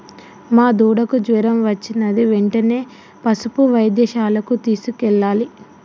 మా దూడకు జ్వరం వచ్చినది వెంటనే పసుపు వైద్యశాలకు తీసుకెళ్లాలి